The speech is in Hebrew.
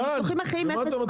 על משלוחים אחרים אפס מס.